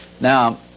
Now